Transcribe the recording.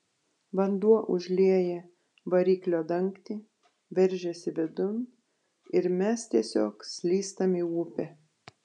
vanduo užlieja variklio dangtį veržiasi vidun ir mes tiesiog slystam į upę